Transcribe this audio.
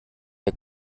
wer